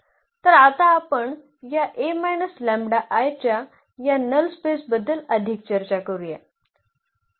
तर आता आपण या च्या या नल स्पेसबद्दल अधिक चर्चा करूया